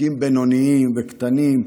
עסקים בינוניים וקטנים,